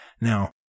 now